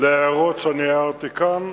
להערות שהערתי כאן.